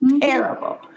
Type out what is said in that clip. terrible